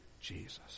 Jesus